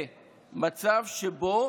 זה מצב שבו